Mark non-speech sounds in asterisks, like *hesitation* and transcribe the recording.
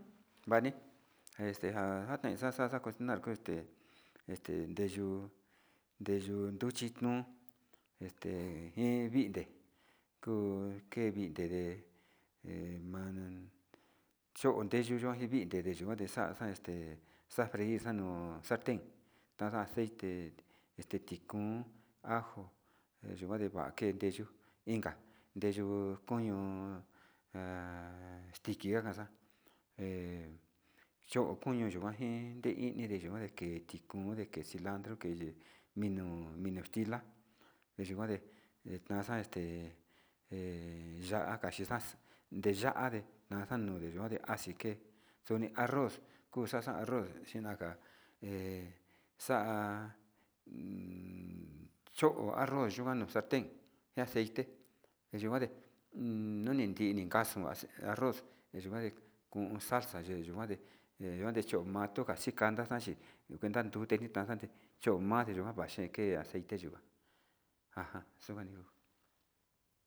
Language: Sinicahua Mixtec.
Vanit njexte njan janet nixa xa'a kunar este, este nreyu nreyu ruchi no'o este njen vinde kuu ke vinde nde *hesitation* manan cho'o ndeyuyuan vinde nde'e ndeyikuan xan xan este xandii xanu salte tanja aceite este tijon ajo nayikuan va ken deyuu inka, deyu koño *hesitation* extierna xan he cho koño yikuan njuin nde ini ndeyuu njan keiti kon nde cilandro keye mino mino kaxtila yukuande enaxa este he ya'a kaxinax ndeyate naxanu ndeyate acite xuni arroz kuxaxa arroz xinaka he xa'a *hesitation* xho'o arroz yikuan no'o salten aceite niyikuan ndee *hesitation* neti nikaxu arroz yikuande kon salsa ndeyukande yuu yeyikuan nde'e he yukan xhikanda xaxhi kutan nditan chi kuanta ndute ndajante cho'o ma'a manjen chokan yukande aceite yikuan ajan xunjan nijun.